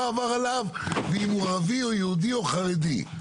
עבר עליו ואם הוא ערבי או יהודי או חרדי.